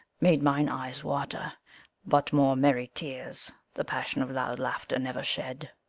made mine eyes water but more merry tears the passion of loud laughter never shed.